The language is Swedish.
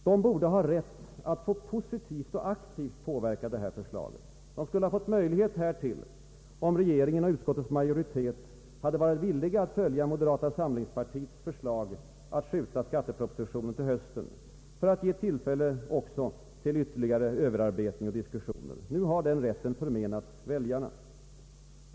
De borde ha rätt att få positivt och aktivt påverka detta förslag. De skulle ha fått möjligheter härtill om regeringen och utskottets majoritet hade varit villiga att följa moderata samlingspartiets förslag att skjuta skatteförslaget till hösten för att ge tillfälle till ytterligare överarbetning och diskussioner. Nu har den rätten förmenats väljarna.